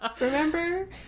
Remember